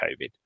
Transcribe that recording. COVID